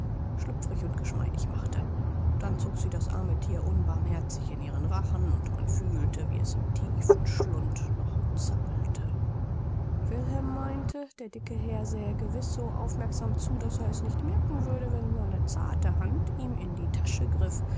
schlüpfrig und geschmeidig machte dann zog sie das arme thier unbarmherzig in ihren rachen und man fühlte wie es im tiefen schlund noch zappelte wilhelm meinte der dicke herr sähe gewiß so aufmerksam zu daß er es nicht merken würde wenn seine zarte hand ihm in die tasche griff